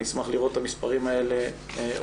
אני אשמח לראות את המספרים האלה עולים,